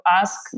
ask